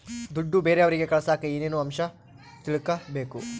ದುಡ್ಡು ಬೇರೆಯವರಿಗೆ ಕಳಸಾಕ ಏನೇನು ಅಂಶ ತಿಳಕಬೇಕು?